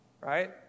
right